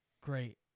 great